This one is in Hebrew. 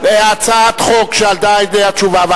הצעת חוק והיתה עליה תשובה,